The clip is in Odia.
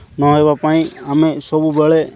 ନ ହେବା ପାଇଁ ଆମେ ସବୁବେଳେ